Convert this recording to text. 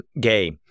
gay